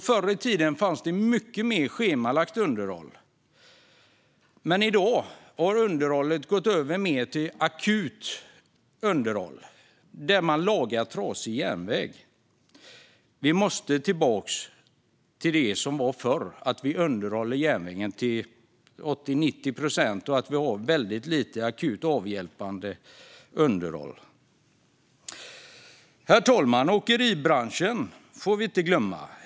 Förr i tiden fanns det mycket mer schemalagt underhåll, men i dag har det övergått mer till akut underhåll, där man lagar trasig järnväg. Vi måste tillbaka till det som var förr, alltså att vi underhåller järnvägen till 80-90 procent och har väldigt lite akut avhjälpande underhåll. Herr talman! Åkeribranschen får vi inte glömma.